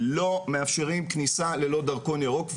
לא מאפשרים כניסה ללא דרכון ירוק,